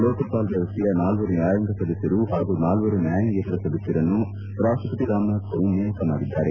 ಲೋಕಪಾಲ್ ವ್ಯವಸ್ಥೆಯ ನಾಲ್ವರು ನ್ಯಾಯಾಂಗ ಸದಸ್ಕರು ಹಾಗೂ ನಾಲ್ವರು ನ್ಯಾಯಾಂಗೇತರ ಸದಸ್ತರನ್ನೂ ರಾಷ್ಟಪತಿ ರಾಮನಾಥ್ ಕೋವಿಂದ್ ನೇಮಕ ಮಾಡಿದ್ದಾರೆ